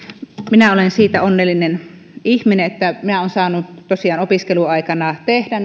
minä olen siitä onnellinen ihminen että olen saanut tosiaan opiskeluaikana tehdä